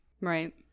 Right